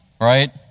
right